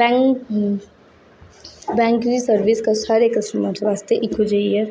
bank bank दी service सारे customer बास्तै इक्को जेही ऐ